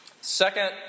Second